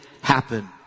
happen